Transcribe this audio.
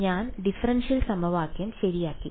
ഞാൻ ഡിഫറൻഷ്യൽ സമവാക്യം ശരിയാക്കി